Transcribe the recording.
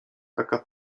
taka